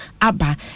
abba